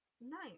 nice